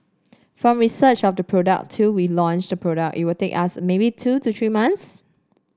from research of the product till we launch the product it will take us maybe two to three months